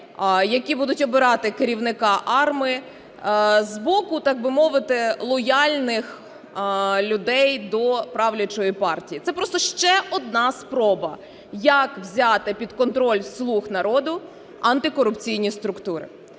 які будуть обирати керівника АРМА з боку, так би мовити, лояльних людей до правлячої партії. Це просто ще одна спроба, як взяти під контроль "слуг народу" антикорупційні структури.